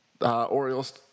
Orioles